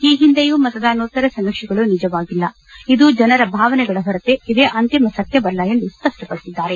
ಈ ಹಿಂದೆಯೂ ಮತದಾನೋತ್ತರ ಸಮೀಕ್ಷೆಗಳು ನಿಜವಾಗಿಲ್ಲ ಇದು ಜನರ ಭಾವನೆಗಳಿ ಹೊರತೇ ಇದೇ ಅಂತಿಮ ಸತ್ಯವಲ್ಲ ಎಂದು ಸ್ಪಷ್ಟಪದಿಸಿದ್ದಾರೆ